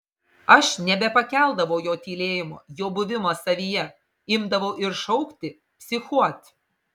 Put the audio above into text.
aš nebepakeldavau jo tylėjimo jo buvimo savyje imdavau ir šaukti psichuot